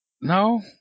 No